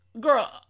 girl